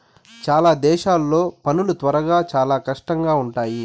చాలా దేశాల్లో పనులు త్వరలో చాలా కష్టంగా ఉంటాయి